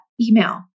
email